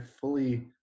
fully